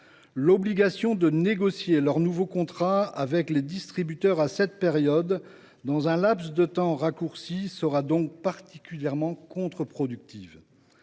L’obligation de négocier leur nouveau contrat avec les distributeurs à cette période, dans un laps de temps raccourci, sera donc particulièrement contre productive.